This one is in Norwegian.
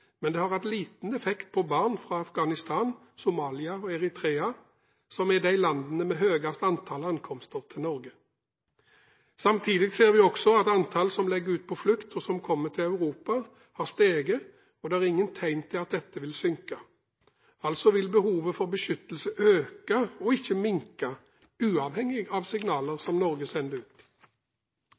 men det har hatt liten effekt på barn fra Afghanistan, Somalia og Eritrea, som er de landene med høyest antall ankomster til Norge. Samtidig ser vi også at antallet som legger ut på flukt, og som kommer til Europa, har steget, og det er ingen tegn til at dette vil synke. Behovet for beskyttelse vil altså øke og ikke minke, uavhengig av signaler som Norge sender ut.